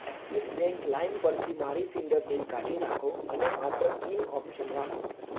axis Bank લાઇમ પરથી મારી ફિંગર પ્રિન્ટ કાઢી નાખો અને માત્ર પીન ઓપ્શન રાખો